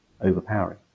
overpowering